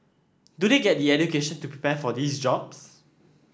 do they get the education to prepare for these jobs